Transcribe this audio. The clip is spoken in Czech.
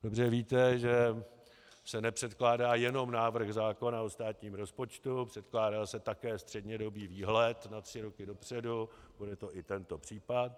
Dobře víte, že se nepředkládá jenom návrh zákona o státním rozpočtu, předkládá se také střednědobý výhled na tři roky dopředu, bude to i tento případ.